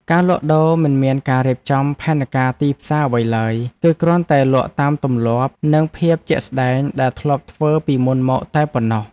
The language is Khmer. ការលក់ដូរមិនមានការរៀបចំផែនការទីផ្សារអ្វីឡើយ គឺគ្រាន់តែលក់តាមទម្លាប់និងភាពជាក់ស្ដែងដែលធ្លាប់ធ្វើពីមុនមកតែប៉ុណ្ណោះ។